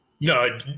no